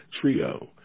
Trio